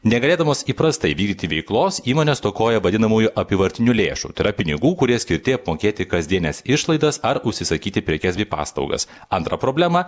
negalėdamos įprastai vykdyti veiklos įmonės stokoja vadinamųjų apyvartinių lėšų tai yra pinigų kurie skirti apmokėti kasdienes išlaidas ar užsisakyti prekes bei paslaugas antra problema